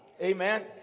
Amen